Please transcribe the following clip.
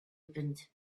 opened